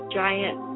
giant